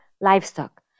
livestock